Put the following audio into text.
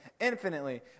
infinitely